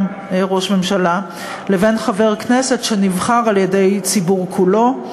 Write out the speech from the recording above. ראש ממשלה לבין חבר כנסת שנבחר על-ידי הציבור כולו,